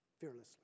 fearlessly